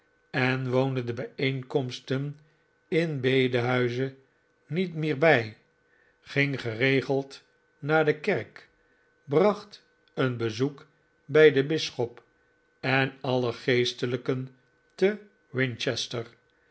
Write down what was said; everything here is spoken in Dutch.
en woonde de bijeenkomsten in de bedehuizen niet meer bij ging geregeld naar de kerk bracht een bezoek bij den bisschop en alle geestelijken te